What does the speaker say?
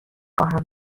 خواهم